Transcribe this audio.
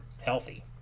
healthy